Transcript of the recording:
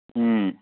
ꯎꯝ